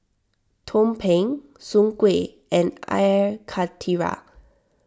Tumpeng Soon Kuih and Air Karthira